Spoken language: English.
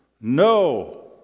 No